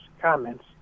comments